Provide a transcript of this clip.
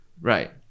Right